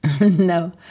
no